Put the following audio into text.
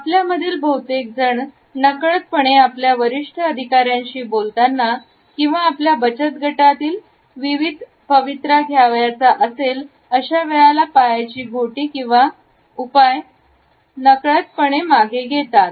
आपल्यामधील बहुतेकजण नकळतपणे आपल्या वरिष्ठ अधिकाऱ्यांशी बोलताना किंवा आपल्या बचत गटातील पवित्र घ्यावयाचा असेल अशा वेळेला पायाची घोटी किंवा उपाय नकळतपणे मागे घेतात